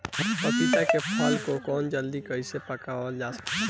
पपिता के फल को जल्दी कइसे पकावल जा सकेला?